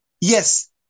Yes